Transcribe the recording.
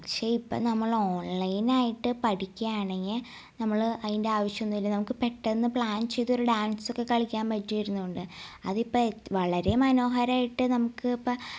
പക്ഷേ ഇപ്പം നമ്മൾ ഓൺലൈനായിട്ട് പഠിക്യാണെങ്കിൽ നമ്മൾ അതിൻ്റെ ആവശ്യമൊന്നുമില്ല നമുക്ക് പെട്ടന്ന് പ്ലാൻ ചെയ്തൊരു ഡാൻസൊക്കെ കളിക്കാൻ പറ്റിയിരുന്ന് കൊണ്ട് അതിപ്പം വളരെ മനോഹരമായിട്ട് നമുക്ക് ഇപ്പം